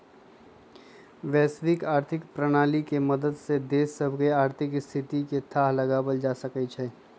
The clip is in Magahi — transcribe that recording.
वैश्विक आर्थिक प्रणाली के मदद से देश सभके आर्थिक स्थिति के थाह लगाएल जा सकइ छै